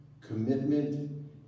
commitment